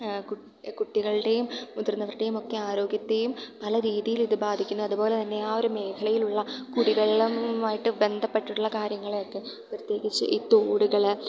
കു കുട്ടികളുടെയും മുതിർന്നവർടെയും ഒക്കെ ആരോഗ്യത്തെയും പല രീതിയിൽ അത് ബാധിക്കുന്നു അതുപോലെ തന്നെ ആ ഒരു മേഖലയിലുള്ള കുടിവെള്ളവുമായിട്ട് ബന്ധപ്പെട്ടിട്ടുള്ള കാര്യങ്ങളെ ഒക്കെ പ്രത്യേകിച്ച് ഈ തോടുകൾ